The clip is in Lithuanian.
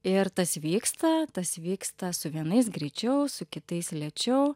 ir tas vyksta tas vyksta su vienais greičiau su kitais lėčiau